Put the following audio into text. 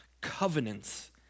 covenants